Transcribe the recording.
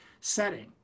setting